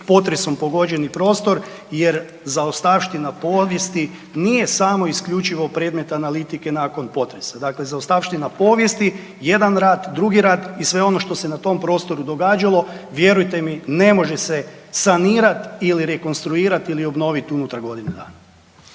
potresom pogođeni prostor jer zaostavština povijesti nije samo isključivo predmet analitike nakon potresa. Dakle, zaostavština povijesti, jedan rad, drugi rat i sve ono što se na tom prostoru događalo vjerujte mi ne može se sanirati ili rekonstruirati ili obnovit unutar godine dana.